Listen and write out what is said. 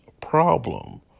problem